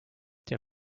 der